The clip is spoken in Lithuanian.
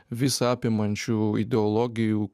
visa apimančių ideologijų